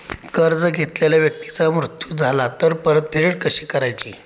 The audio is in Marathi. कर्ज घेतलेल्या व्यक्तीचा मृत्यू झाला तर परतफेड कशी करायची?